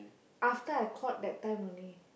after I called that time only